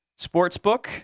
Sportsbook